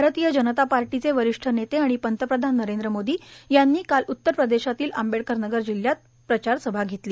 भारतीय जनता पार्टीचे वरिष्ठ नेते आणि पंतप्रधान नरेंद्र मोदी यांनी काल उत्तर प्रदेशातील आंबेडकरनगर जिल्ह्यात प्रचारसभा घेतली